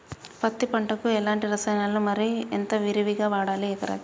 పత్తి పంటకు ఎలాంటి రసాయనాలు మరి ఎంత విరివిగా వాడాలి ఎకరాకి?